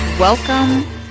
Welcome